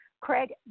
Craig